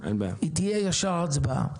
היא תהיה ישר הצבעה.